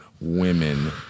women